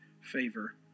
favor